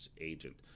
agent